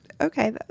Okay